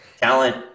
talent